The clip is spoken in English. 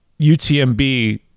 UTMB